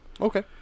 Okay